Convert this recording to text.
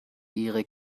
ihre